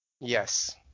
Yes